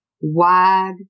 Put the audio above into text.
wide